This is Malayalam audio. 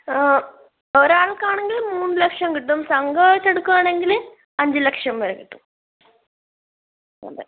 ആ ഒരാൾക്കാണെങ്കിൽ മൂന്ന് ലക്ഷം കിട്ടും സംഘമായിട്ട് എടുക്കുകയാണെങ്കിൽ അഞ്ച് ലക്ഷം വരെ കിട്ടും അതെ